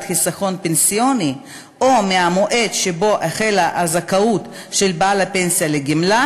חיסכון פנסיוני או מהמועד שבו החלה הזכאות של בעל הפנסיה לגמלה,